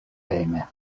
hejme